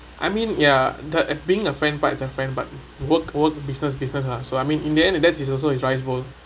I mean ya that uh being a friend by the friend but work work business business lah so I mean in the end that is also his rice bowl